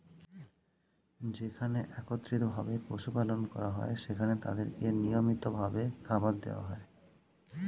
যেখানে একত্রিত ভাবে পশু পালন করা হয়, সেখানে তাদেরকে নিয়মিত ভাবে খাবার দেওয়া হয়